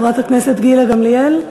חברת הכנסת גילה גמליאל.